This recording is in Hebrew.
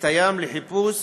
לחיפוש